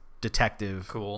detective